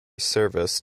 service